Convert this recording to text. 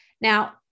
Now